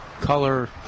color